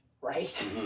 right